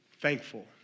thankful